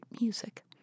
music